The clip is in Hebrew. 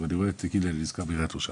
אני רואה את זה ואני נזכר בעיריית ירושלים,